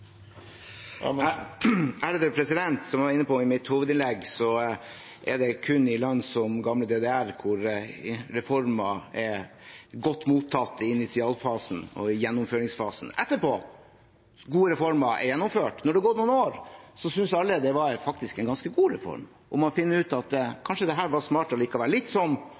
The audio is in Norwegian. Som jeg var inne på i mitt hovedinnlegg, er det kun i land som gamle DDR reformer er godt mottatt i initialfasen og gjennomføringsfasen etterpå. Når det har gått noen år, synes alle det faktisk var en ganske god reform, og man finner ut at dette kanskje var smart likevel – litt